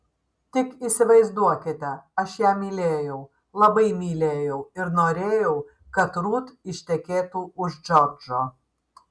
tik įsivaizduokite aš ją mylėjau labai mylėjau ir norėjau kad rut ištekėtų už džordžo